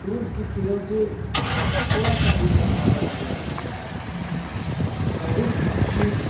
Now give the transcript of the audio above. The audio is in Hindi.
सूरज की किरण से थोड़ा सा भी कम पावर नहीं रहता है उसमें बहुत अच्छे